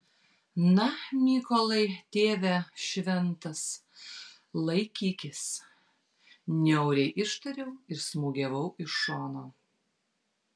na mykolai tėve šventas laikykis niauriai ištariau ir smūgiavau iš šono